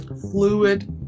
fluid